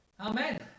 Amen